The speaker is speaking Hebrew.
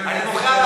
אני מוחה.